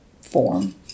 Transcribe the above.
form